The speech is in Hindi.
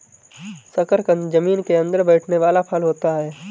शकरकंद जमीन के अंदर बैठने वाला फल होता है